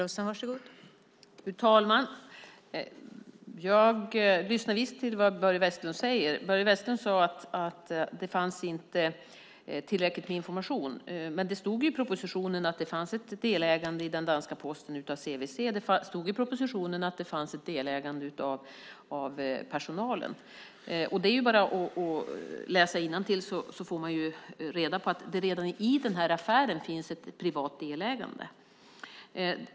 Fru talman! Jag lyssnar visst till vad Börje Vestlund säger. Börje Vestlund sade att det inte fanns tillräckligt med information. Men det stod ju i propositionen att det fanns ett delägande i den danska Posten av CVC och av personalen. Det är bara att läsa innantill så får man reda på att det redan i den här affären finns ett privat delägande.